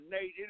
Nate